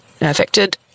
affected